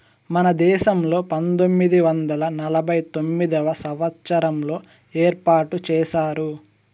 మన దేశంలో పంతొమ్మిది వందల నలభై తొమ్మిదవ సంవచ్చారంలో ఏర్పాటు చేశారు